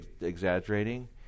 exaggerating